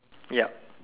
yup